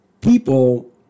people